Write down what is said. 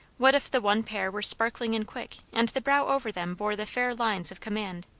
what if the one pair were sparkling and quick, and the brow over them bore the fair lines of command?